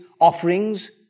offerings